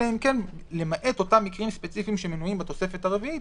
אלא למעט אותם מקרים ספציפיים שמנויים בתוספת הרביעית,